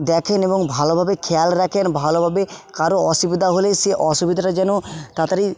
দেখেন এবং ভালোভাবে খেয়াল রাখেন ভালোভাবে কারো অসুবিধা হলে সে অসুবিধাটা যেন তাড়াতাড়ি